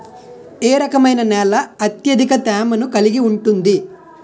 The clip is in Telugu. ఏ రకమైన నేల అత్యధిక తేమను కలిగి ఉంటుంది?